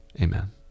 Amen